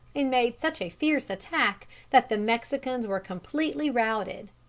and made such a fierce attack that the mexicans were completely routed.